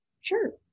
Sure